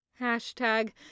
Hashtag